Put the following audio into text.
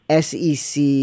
SEC